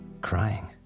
Crying